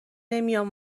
نمیام